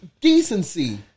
Decency